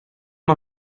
man